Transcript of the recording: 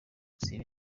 zibe